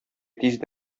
тиз